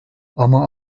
ama